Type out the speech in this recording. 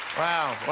wow,